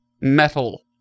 metal